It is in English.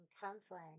counseling